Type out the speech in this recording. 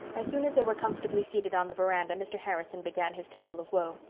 as soon as they were comfortably seated on the veranda mr. harrison began his tale of woe.